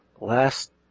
last